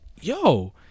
yo